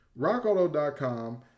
rockauto.com